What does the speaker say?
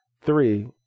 Three